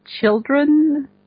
children